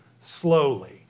slowly